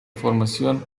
formación